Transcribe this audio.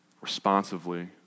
responsively